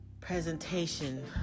presentation